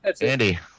Andy